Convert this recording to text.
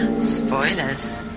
spoilers